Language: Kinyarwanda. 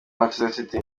manchester